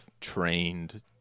trained